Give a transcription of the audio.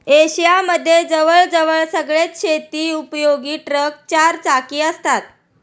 Asia मध्ये जवळ जवळ सगळेच शेती उपयोगी ट्रक चार चाकी असतात